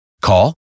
Call